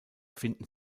finden